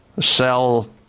sell